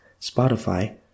Spotify